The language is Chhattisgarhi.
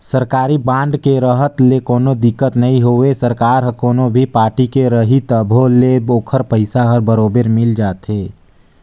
सरकारी बांड के रहत ले कोनो दिक्कत नई होवे सरकार हर कोनो भी पारटी के रही तभो ले ओखर पइसा हर बरोबर मिल जाथे